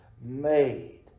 made